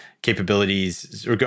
capabilities